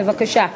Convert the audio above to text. בבקשה.